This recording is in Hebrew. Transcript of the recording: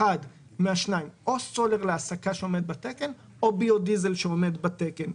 מהשניים: או סולר להסקה שעומד בתקן או ביו דיזל שעומד בתקן.